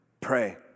pray